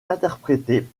interprétés